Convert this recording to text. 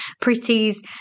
pretties